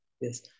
Yes